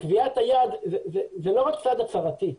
קביעת היעד, זה לא רק צעד הצהרתי.